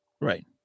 Right